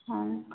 ହଁ